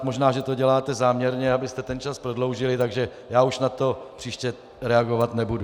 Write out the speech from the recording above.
Možná že to děláte záměrně, abyste ten čas prodloužili, takže já už na to příště reagovat nebudu.